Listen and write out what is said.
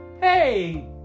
hey